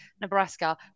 Nebraska